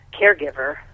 caregiver